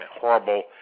horrible